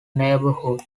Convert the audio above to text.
neighbourhood